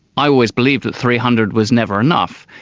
i always believed that three hundred was never enough.